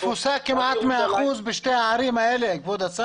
התפוסה היא כמעט 100 אחוזים בשתי הערים האלה.